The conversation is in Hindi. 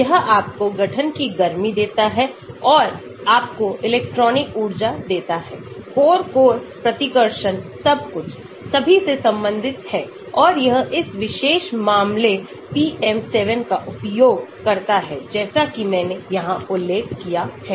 यह आपको गठन की गर्मी देता है और आपको इलेक्ट्रॉनिक ऊर्जा देता है कोर कोर प्रतिकर्षण सब कुछ सभी से संबंधित है और यह इस विशेष मामले PM 7 का उपयोग करता है जैसा कि मैंने यहां उल्लेख किया है